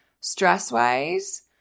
stress-wise